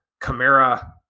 camara